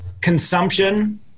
consumption